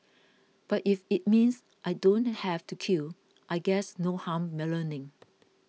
but if it means I don't have to queue I guess no harm learning